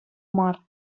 мар